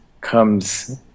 comes